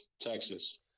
Texas